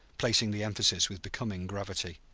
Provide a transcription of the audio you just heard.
placing the emphasis with becoming gravity.